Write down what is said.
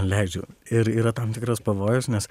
leidžiu ir yra tam tikras pavojus nes